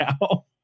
now